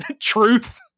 truth